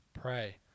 Pray